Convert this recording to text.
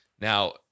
Now